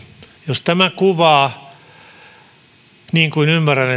jos tämä kuvaa niin kuin ymmärrän